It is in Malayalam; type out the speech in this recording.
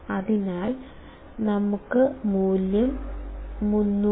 അതിനാൽ ഞങ്ങളുടെ മൂല്യം 300